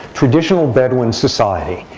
traditional bedouin society,